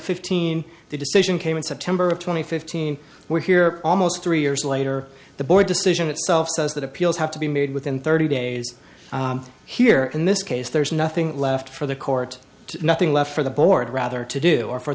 fifteen the decision came in september of twenty fifteen where here almost three years later the board decision itself says that appeals have to be made within thirty days here in this case there is nothing left for the court to nothing left for the board rather to do or